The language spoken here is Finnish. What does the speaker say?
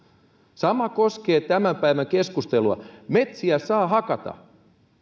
sama koskee tämän päivän keskustelua metsiä saa hakata